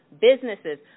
businesses